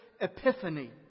epiphany